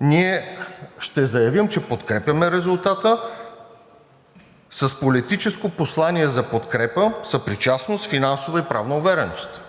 ние ще заявим, че подкрепяме резултата с политическо послание за подкрепа, финансова съпричастност и правна увереност.